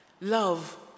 Love